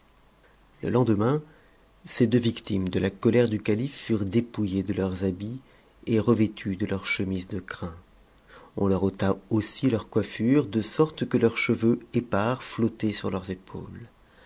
le lendemain ces deux victimes de la colère du calife furent dépouillées de leurs habits et revêtues de leurs chemises de crin on leurôta aussi leurs coiffures de sorte que leurs cheveux épars flottaient sur leurs épaules